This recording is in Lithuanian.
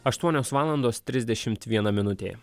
aštuonios valandos trisdešimt viena minutė